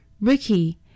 Ricky